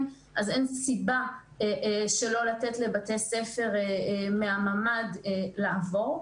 אז אין סיבה שלא לתת לבתי ספר מהממ"ד לעבור.